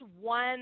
one